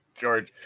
George